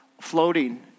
floating